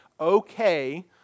okay